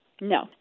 No